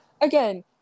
Again